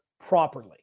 properly